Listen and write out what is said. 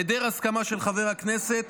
בהיעדר הסכמה של חבר הכנסת,